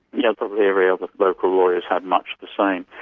you know probably every other local lawyer has had much the same.